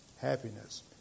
happiness